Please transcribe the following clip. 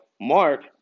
mark